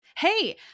Hey